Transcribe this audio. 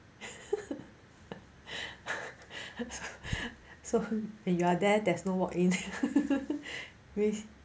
so when you are there there's no walk in